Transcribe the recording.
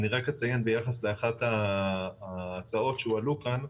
אציין ביחס לאחת ההצעות שהועלו כאן,